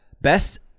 Best